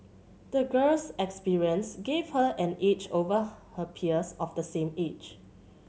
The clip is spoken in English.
the girl's experience gave her an edge over her peers of the same age